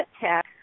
tech